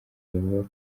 bivugwa